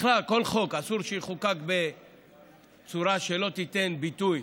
בכלל, כל חוק אסור שיחוקק בצורה שלא תיתן ביטוי